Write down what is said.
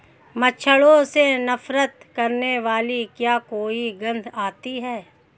मच्छरों से नफरत करने वाली क्या कोई गंध आती है?